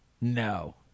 No